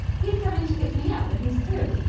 he's coming to pick me up when he's through.